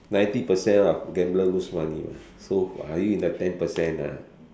ninety percent of gambler lose money what so are you in the ten percent ah